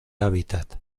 hábitat